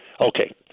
Okay